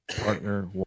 partner